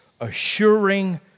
assuring